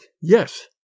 yes